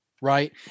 right